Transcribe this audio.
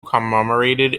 commemorated